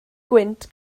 gwynt